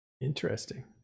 Interesting